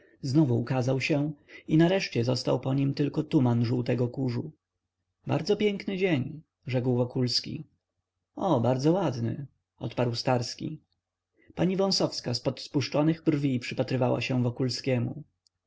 znowu ukazał się i nareszcie został po nim tylko tuman żółtego kurzu bardzo piękny dzień rzekł wokulski o bardzo ładny odparł starski pani wąsowska zpod spuszczonych brwi przypatrywała się